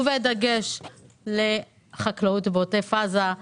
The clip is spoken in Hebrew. ובדגש על חקלאות בעוטף עזה,